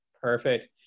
Perfect